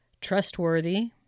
trustworthy